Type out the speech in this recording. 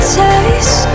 taste